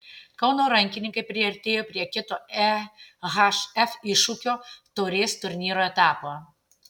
kauno rankininkai priartėjo prie kito ehf iššūkio taurės turnyro etapo